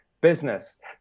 Business